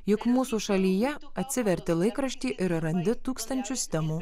juk mūsų šalyje atsiverti laikraštį ir randi tūkstančius temų